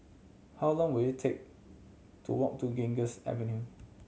how long will it take to walk to Ganges Avenue